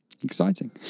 exciting